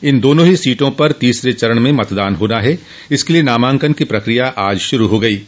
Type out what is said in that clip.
इन दोनों ही सीटो पर तीसरे चरण में मतदान होना है जिसके लिए नामांकन की प्रकिया आज शुरू हो गयी है